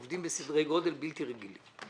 עובדים בסדרי גודל בלתי רגילים.